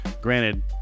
Granted